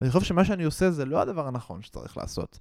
אני חושב שמה שאני עושה זה לא הדבר הנכון שצריך לעשות